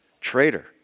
Traitor